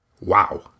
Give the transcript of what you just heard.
Wow